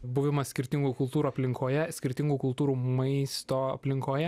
buvimas skirtingų kultūrų aplinkoje skirtingų kultūrų maisto aplinkoje